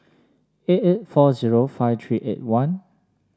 eight eight four zero five three eight one